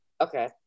Okay